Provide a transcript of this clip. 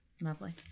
Lovely